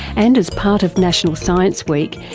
and as part of national science week,